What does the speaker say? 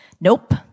Nope